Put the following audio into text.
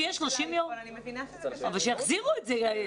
שיהיה 30 יום, אבל שיחזירו את זה.